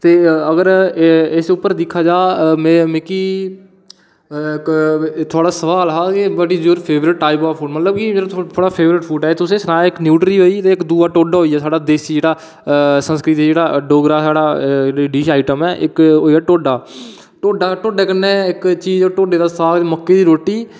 ते अगर इस पर दिक्खेआ जा मिगी थोह्ड़ा सोआल हा के what is your favourite type of food मतलब की जेह्ड़ा थोह्ड़ा फेवरेट फूड ऐ तुसें ई सनाया कऽ इक्क न्यूटरी होई दूआ ढोडा होइया देसी जेह्ड़ा सरदियें च जेह्ड़ा डोगरा साढ़ा जेह्ड़ी रिच आईटम ऐ ओह् ऐ टोड्डा टोड्डा टोड्डे कन्नै इक्क चीज़ टोड्डे दा साग मक्के दी रोटी